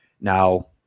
Now